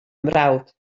mrawd